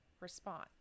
response